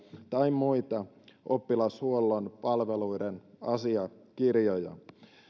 tai muista oppilashuollon palveluiden asiakirjoista